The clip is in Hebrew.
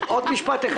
לעובדים.